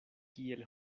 kiel